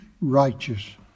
righteous